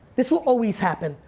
this will always happen.